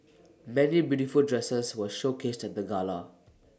many beautiful dresses were showcased at the gala